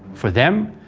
for them,